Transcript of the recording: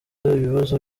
ibibazo